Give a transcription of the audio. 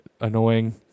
annoying